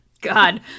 God